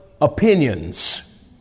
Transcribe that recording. opinions